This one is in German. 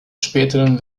späteren